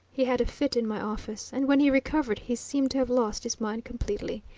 he had a fit in my office, and when he recovered he seemed to have lost his mind completely.